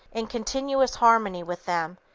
in continuous harmony with them,